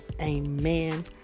Amen